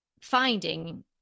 finding